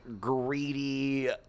greedy